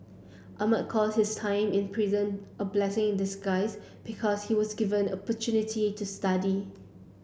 Ahmad calls his time in prison a blessing in disguise because he was given opportunity to study